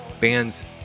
bands